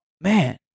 man